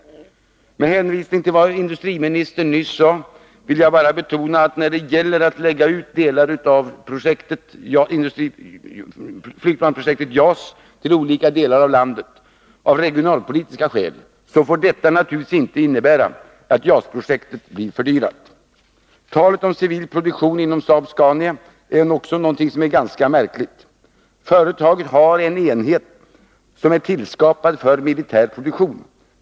Med hänvisning till vad industriministern nyss sade om att av regionalpolitiska skäl lägga ut flygplansprojektet JAS till olika delar av landet, vill jag betona att det naturligtvis inte får innebära en fördyring av projektet. Talet om civil produktion inom Saab-Scania är också något mycket märkligt. Företaget har en enhet tillskapad för militär produktion.